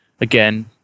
again